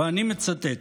ואני מצטט: